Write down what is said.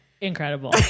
incredible